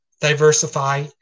Diversify